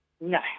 No